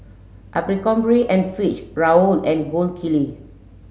Abercrombie and Fitch Raoul and Gold Kili